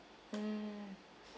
mm